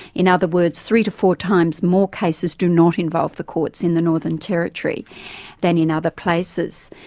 in other words, three to four times more cases do not involve the courts in the northern territory than in other places.